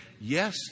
Yes